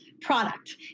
product